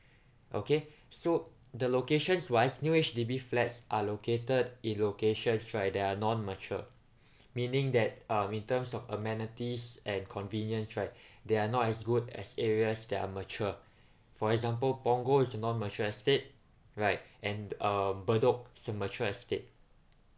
okay so the locations wise new H_D_B flats are located in locations right that are non mature meaning that uh in terms of amenities and convenience right they are not as good as areas that are mature for example punggol is non mature estate right and uh bedok is a mature estate